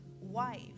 wife